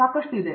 professor